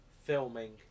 Filming